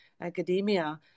academia